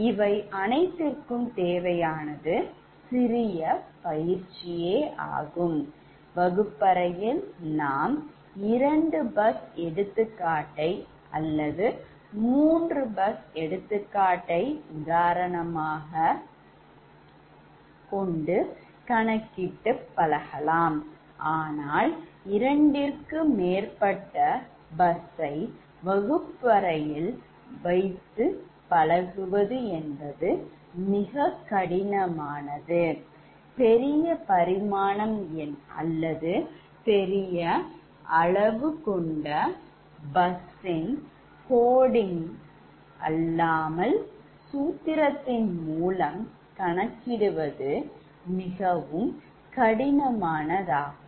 இவை அனைத்திற்கும் தேவையானது சிறு பயிற்சியே ஆகும் வகுப்பறையில் நாம் 2 bus எடுத்துக்காட்டை அல்லது 3 bus எடுத்துக்காட்டை உதாரணமாகக் கொண்டு கணக்கிட்டு பழகலாம் ஆனால் இரண்டுற்கு மேற்பட்ட bus சை வகுப்பறையில் வைத்து பழகுவது மிகக் கடினமானது பெரிய பரிமாணம் அல்லது பெரிய அளவு கொண்ட bus க்கு coding குறியீட்டு அல்லாமல் சூத்திரத்தின் மூலம் கணக்கிடுவது மிகவும் கடினமானதாகும்